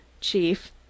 chief